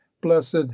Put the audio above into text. blessed